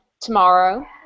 tomorrow